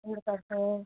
करते हैं